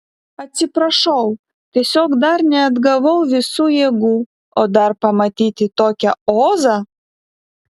atsiprašau tiesiog dar neatgavau visų jėgų o dar pamatyti tokią ozą